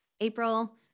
April